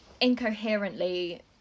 Incoherently